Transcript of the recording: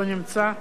לא נמצא.